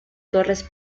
torres